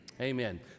Amen